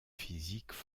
physiques